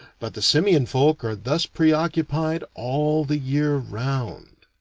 but the simian-folk are thus preoccupied all the year round.